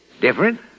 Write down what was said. Different